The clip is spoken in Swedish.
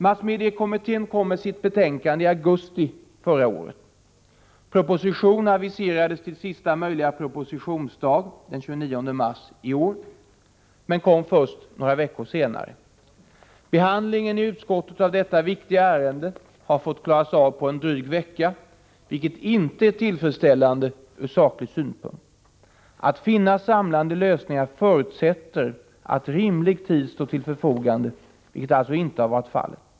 Massmediekommittén kom med sitt betänkande i augusti förra året. Proposition aviserades till sista möjliga propositionsdag, den 29 mars i år, men kom först några veckor senare. Behandlingen i utskottet av detta viktiga ärende har fått klaras av på en dryg vecka, vilket inte är tillfredsställande ur saklig synpunkt. Förutsättningen för att finna samlande lösningar är att rimlig tid står till förfogande, vilket alltså inte har varit fallet.